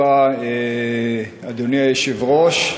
אדוני היושב-ראש,